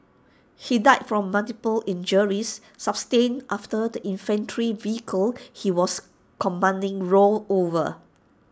he died from multiple injuries sustained after the infantry vehicle he was commanding rolled over